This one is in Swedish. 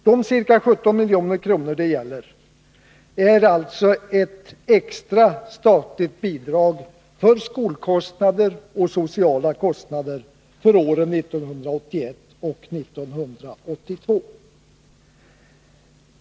De ca 17 miljonerna gäller alltså extra statligt bidrag för skolkostnader och sociala kostnader åren 1981 och 1982.